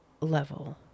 level